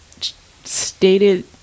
stated